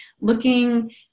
looking